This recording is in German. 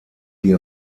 die